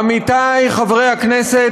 עמיתי חברי הכנסת,